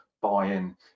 buy-in